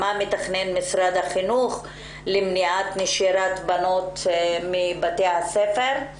מה מתכנן משרד החינוך למניעת נשירת בנות מבתי הספר,